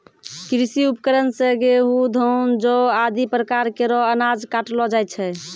कृषि उपकरण सें गेंहू, धान, जौ आदि प्रकार केरो अनाज काटलो जाय छै